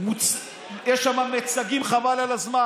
ויש שם מיצגים חבל על הזמן.